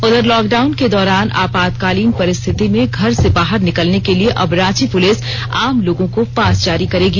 उधर लॉकडाउन के दौरान आपातकालीन परिस्थिति में घर से बाहर निकलने के लिए अब रांची पुलिस आमलोगों को पास जारी करेगी